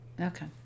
Okay